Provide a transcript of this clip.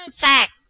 fact